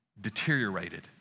deteriorated